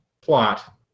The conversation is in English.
plot